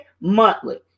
monthly